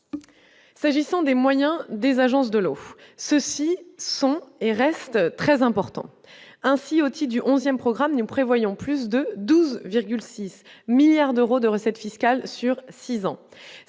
S'agissant des moyens, des agences de l'eau, ceux-ci sont et restent très importants ainsi au-dessus du 11ème programme nous prévoyons plus de 12,6 milliards d'euros de recettes fiscales sur 6 ans,